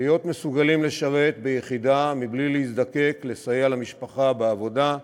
להיות מסוגלים לשרת ביחידה בלי להזדקק לסייע למשפחה בעבודה,